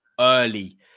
early